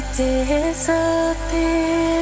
disappear